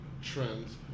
trends